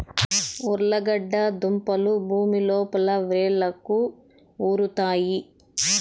ఉర్లగడ్డ దుంపలు భూమి లోపల వ్రేళ్లకు ఉరుతాయి